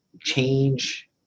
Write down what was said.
change